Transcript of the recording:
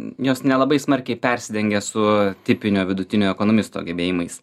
jos nelabai smarkiai persidengia su tipinio vidutiniojo ekonomisto gebėjimais